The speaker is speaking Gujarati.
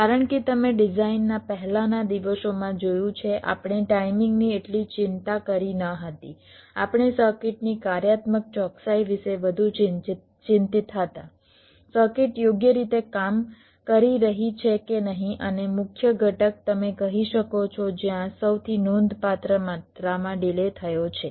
કારણ કે તમે ડિઝાઇનના પહેલાના દિવસોમાં જોયું છે આપણે ટાઇમિંગની એટલી ચિંતા કરી ન હતી આપણે સર્કિટની કાર્યાત્મક ચોકસાઈ વિશે વધુ ચિંતિત હતા સર્કિટ યોગ્ય રીતે કામ કરી રહી છે કે નહીં અને મુખ્ય ઘટક તમે કહી શકો છો જ્યાં સૌથી નોંધપાત્ર માત્રામાં ડિલે થયો છે